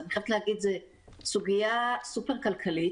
אז אני חייבת להגיד שזו סוגיה סופר כלכלית.